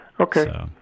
Okay